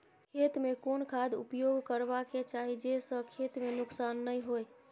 खेत में कोन खाद उपयोग करबा के चाही जे स खेत में नुकसान नैय होय?